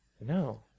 no